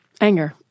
anger